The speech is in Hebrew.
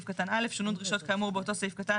שונו דרישות כאמור באותו סעיף קטן,